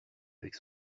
avec